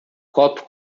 copo